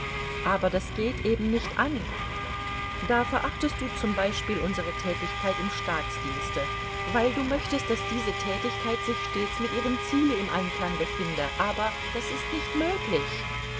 aber das geht eben nicht an da verachtest du zum beispiel unsere tätigkeit im staatsdienste weil du möchtest daß diese tätigkeit sich stets mit ihrem ziele im einklang befinde aber das ist nicht möglich